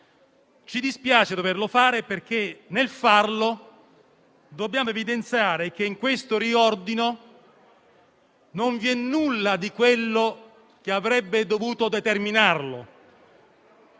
Ci dispiace doverlo fare perché, nel farlo, dobbiamo evidenziare che alla base di questo riordino non vi è nulla di quello che avrebbe dovuto determinarlo.